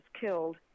killed